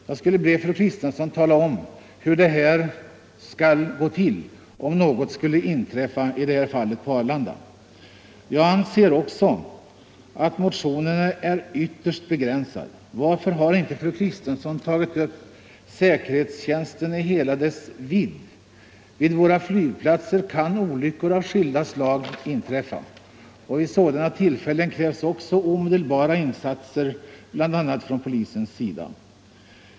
Jag skulle vilja be fru Kristensson tala om hur detta skall gå till om något skulle inträffa på Arlanda. Jag anser också att motionen är ytterst begränsad. Varför har inte fru Kristensson tagit upp säkerhetstjänsten i hela dess vidd? På våra flygplatser kan olyckor av skilda slag inträffa. Vid sådana tillfällen krävs också omedelbara insatser bl.a. från polisens sida.